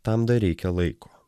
tam dar reikia laiko